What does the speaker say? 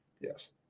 Yes